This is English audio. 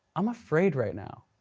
i'm afraid right now,